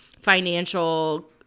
financial